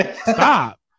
Stop